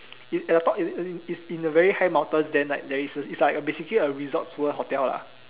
it at the top is it as in is in the very high mountains then like there is a it's like a basically a resorts world hotel lah